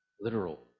literal